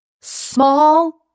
small